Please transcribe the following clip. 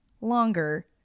longer